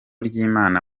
ry’imana